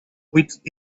with